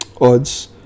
odds